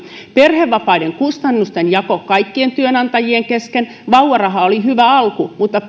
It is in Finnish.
perhevapaiden kustannusten jako kaikkien työnantajien kesken vauvaraha oli hyvä alku mutta